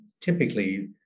typically